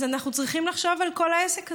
אז אנחנו צריכים לחשוב על כל העסק הזה.